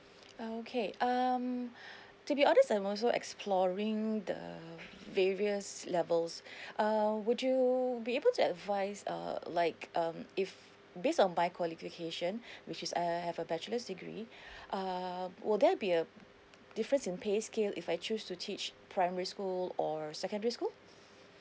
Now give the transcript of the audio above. uh okay um to be honest I'm also exploring the various levels uh would you be able to advise uh like um if based on my qualification which is I have a bachelor's degree err will there be a difference in pay scale if I choose to teach primary school or secondary school